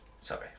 Sorry